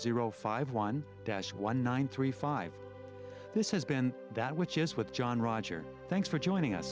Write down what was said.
zero five one dash one nine three five this has been that which is with john roger thanks for joining us